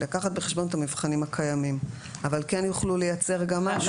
לקחת בחשבון את המבחנים הקיימים אבל כן יוכלו לייצר גם משהו